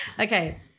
okay